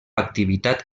activitat